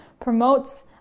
promotes